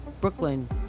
brooklyn